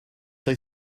they